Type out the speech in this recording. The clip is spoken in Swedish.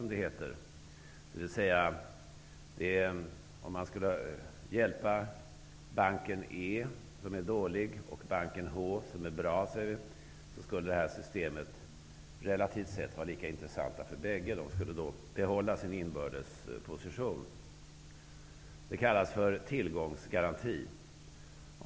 Om man exempelvis hjälper bank E, som har dålig ekonomi och bank H som har bra sådan -- kan vi säga -- skulle det här systemet relativt sett vara lika intressant för båda bankerna, därför att de skulle behålla sina inbördes positioner. Det systemet kallas tillgångsgaranti.